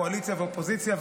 קואליציה ואופוזיציה,